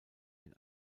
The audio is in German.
den